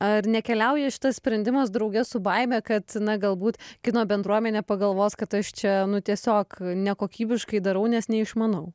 ar nekeliauja šitas sprendimas drauge su baime kad na galbūt kino bendruomenė pagalvos kad aš čia nu tiesiog nekokybiškai darau nes neišmanau